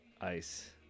Ice